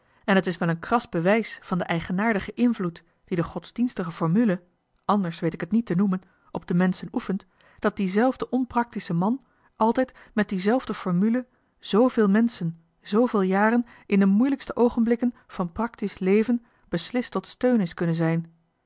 en het is wel een kras bewijs van de eigenaardige invloed die de godsdienstige formule anders weet ik het niet te noemen op de menschen oefent dat diezelfde onpraktische man altijd met diezelfde formule zveel menschen zveel jaren in de moeilijkste oogenblikken van praktisch leven beslist tot steun is kunnen zijn